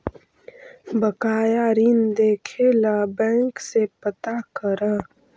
बकाया ऋण देखे ला बैंक से पता करअ